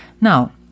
Now